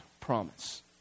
promise